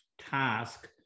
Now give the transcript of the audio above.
task